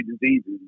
diseases